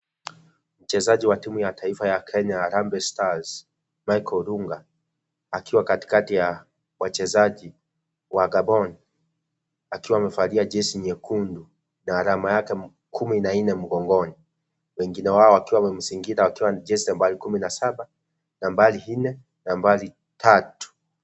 Mchezaji wa timu ya taifa ya Kenya Harambee Stars Michael Olunga, akiwa katikati ya wachezaji wa Gabon akiwa amevalia jezi nyekundu na alama yake kumi na nne mgongoni wengine wao wakiwa wamemzingira wakiwa wanacheza nambari kumi na saba nambari nne nambari tatu.